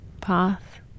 path